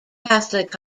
catholic